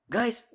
Guys